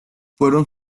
fueron